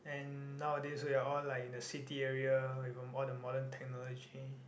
and nowadays we are all like in the city area with all the modern technology